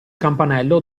campanello